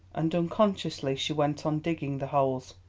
and unconsciously she went on digging the holes.